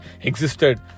existed